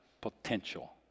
potential